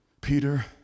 Peter